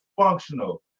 functional